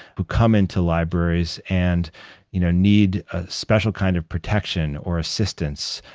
who come into libraries and you know need a special kind of protection or assistance.